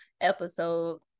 episode